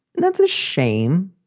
that's a shame,